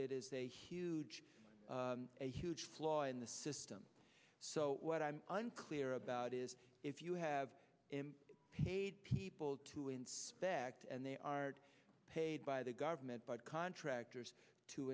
it is a huge a huge flaw in the system so what i'm unclear about is if you have him paid people to inspect and they are paid by the government by the contractors to